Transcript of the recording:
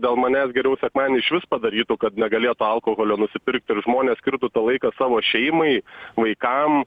dėl manęs geriau sekmadienį išvis padarytų kad negalėtų alkoholio nusipirkt ir žmonės skirtų tą laiką savo šeimai vaikam